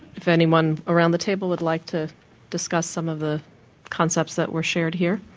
if anyone around the table would like to discuss some of the concepts that were shared here.